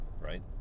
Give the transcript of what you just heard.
right